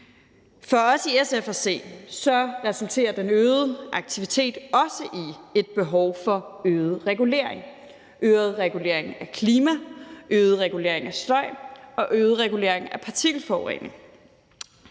For os i SF at se resulterer den øgede aktivitet også i et behov for øget regulering – øget regulering på klimaområdet, øget regulering af støj og øget regulering af partikelforurening.